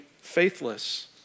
faithless